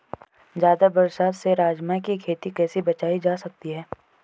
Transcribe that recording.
ज़्यादा बरसात से राजमा की खेती कैसी बचायी जा सकती है?